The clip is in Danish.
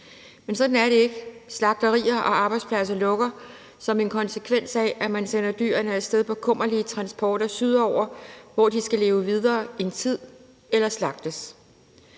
men sådan er det ikke. Slagterier og arbejdspladser lukker som en konsekvens af, at man sender dyrene af sted på kummerlige transporter sydover, hvor de skal leve videre en tid eller slagtes.